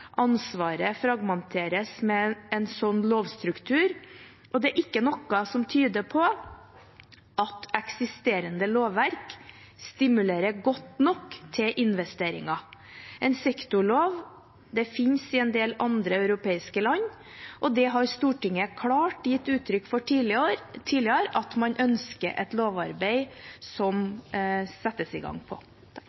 Ansvaret fragmenteres med en sånn lovstruktur, og det er ikke noe som tyder på at eksisterende lovverk stimulerer godt nok til investeringen. En sektorlov finnes i en del andre europeiske land, og Stortinget har tidligere klart gitt uttrykk for at man ønsker å sette i gang et lovarbeid.